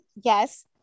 yes